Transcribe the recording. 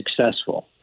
successful